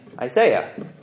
Isaiah